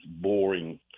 boring